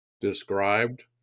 described